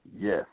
Yes